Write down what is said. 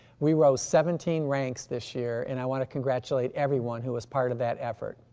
we row seventeen ranks this year and i want to congratulate everyone who was part of that effort.